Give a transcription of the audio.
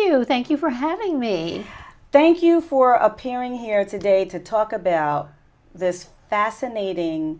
you thank you for having me thank you for appearing here today to talk about this fascinating